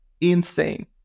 insane